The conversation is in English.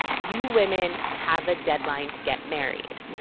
you women have a deadline to get married.